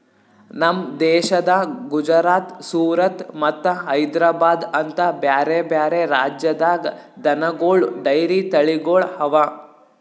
ನಮ್ ದೇಶದ ಗುಜರಾತ್, ಸೂರತ್ ಮತ್ತ ಹೈದ್ರಾಬಾದ್ ಅಂತ ಬ್ಯಾರೆ ಬ್ಯಾರೆ ರಾಜ್ಯದಾಗ್ ದನಗೋಳ್ ಡೈರಿ ತಳಿಗೊಳ್ ಅವಾ